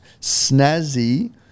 snazzy